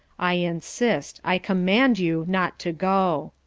i insist, i command you not to go.